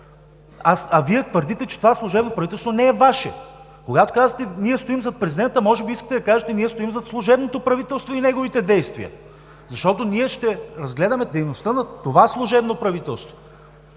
Вие твърдите, че това служебно правителство не е Ваше. Когато казвате „Ние стоим зад президента“, може би искате да кажете: „Ние стоим зад служебното правителство и неговите действия“. Ние ще разгледаме дейността на това служебно правителство.